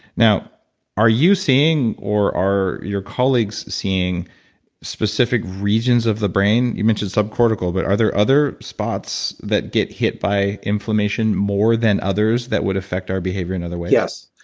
now are you seeing or are your colleagues seeing specific regions of the brain? you mentioned sub-cortical but are there other spots that get hit by inflammation more than others that would affect our behavior in other ways? yes.